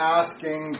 asking